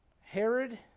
Herod